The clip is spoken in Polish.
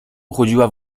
uchodziła